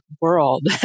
world